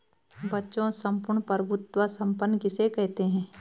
बच्चों सम्पूर्ण प्रभुत्व संपन्न किसे कहते हैं?